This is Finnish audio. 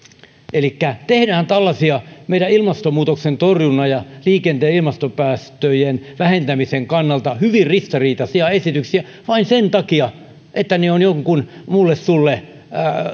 elikkä tehdään tällaisia meidän ilmastonmuutoksen torjunnan ja liikenteen ilmastopäästöjen vähentämisen kannalta hyvin ristiriitaisia esityksiä vain sen takia että ne ovat jonkun mulle sulle